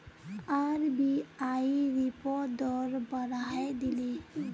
RBI repo दर बढ़ाए दिले